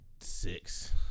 Six